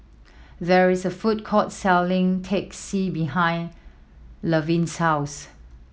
there is a food court selling Teh C behind Levin's house